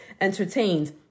entertained